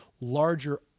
larger